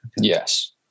Yes